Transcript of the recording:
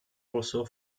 also